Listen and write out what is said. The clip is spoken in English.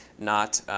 not